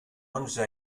onze